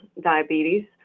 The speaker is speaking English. diabetes